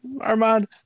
Armand